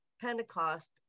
Pentecost